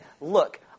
Look